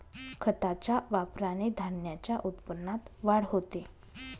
खताच्या वापराने धान्याच्या उत्पन्नात वाढ होते